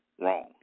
Wrong